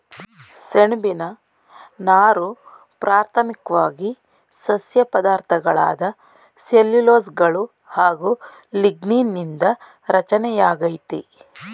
ಸೆಣ್ಬಿನ ನಾರು ಪ್ರಾಥಮಿಕ್ವಾಗಿ ಸಸ್ಯ ಪದಾರ್ಥಗಳಾದ ಸೆಲ್ಯುಲೋಸ್ಗಳು ಹಾಗು ಲಿಗ್ನೀನ್ ನಿಂದ ರಚನೆಯಾಗೈತೆ